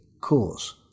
Cause